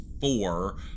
four